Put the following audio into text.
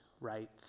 right